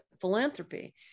philanthropy